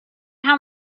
how